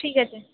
ঠিক আছে